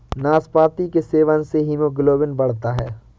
नाशपाती के सेवन से हीमोग्लोबिन बढ़ता है